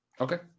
okay